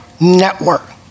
network